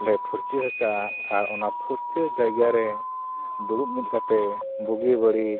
ᱞᱮ ᱯᱷᱟᱨᱪᱟ ᱟᱠᱟᱫᱼᱟ ᱟᱨ ᱚᱱᱟ ᱯᱷᱟᱨᱪᱟᱹ ᱡᱟᱭᱜᱟ ᱨᱮ ᱫᱩᱲᱩᱵ ᱢᱤᱫ ᱠᱟᱛᱮᱫ ᱵᱷᱟᱹᱜᱤᱼᱵᱟᱹᱲᱤᱡ